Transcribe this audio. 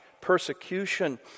persecution